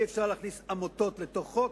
אי-אפשר להכניס עמותות לתוך חוק,